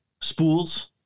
spools